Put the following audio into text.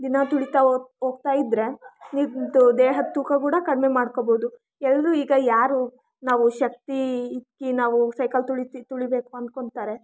ದಿನ ತುಳಿತ ಹೋಗ್ತಾಯಿದ್ರೆ ನಿಮ್ದು ದೇಹದ ತೂಕ ಕೂಡ ಕಡಿಮೆ ಮಾಡ್ಕೊಬೋದು ಎಲ್ರು ಈಗ ಯಾರು ನಾವು ಶಕ್ತಿ ಇಕ್ಕಿ ನಾವು ಸೈಕಲ್ ತುಳಿ ತುಳಿಬೇಕು ಅನ್ಕೋತಾರೆ